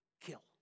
kill